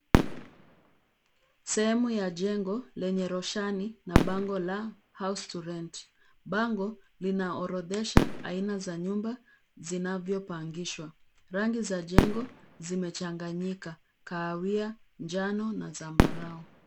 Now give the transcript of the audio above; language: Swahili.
Sehemu ya jengo lenye roshani na bango la house to rent . Bango linaorodhesha aina za nyumba zinavyopangishwa. Rangi za jengo zimechanganyika; kahawia, njano na zambarau.